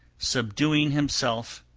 subduing himself,